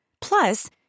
Plus